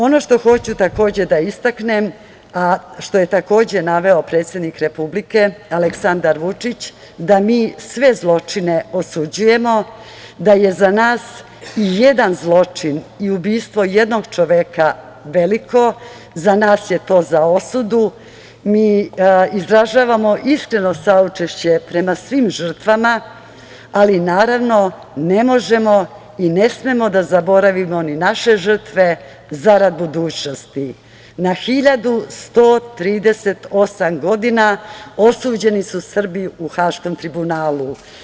Ono što hoću da istaknem, a što je naveo predsednik Republike, Aleksandar Vučić, da mi sve zločine osuđujemo, da je za nas i jedan zločin i ubistvo jednog čoveka, veliko i za nas je to za osudu, i mi izražavamo iskreno saučešće prema svim žrtvama, ali naravno, ne možemo i ne smemo da zaboravimo ni naše žrtve zarad budućnosti, na 1138 godina osuđeni su Srbi u Haškom tribunalu.